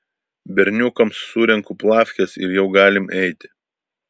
berniukams surenku plafkes ir jau galim eiti